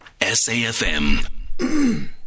SAFM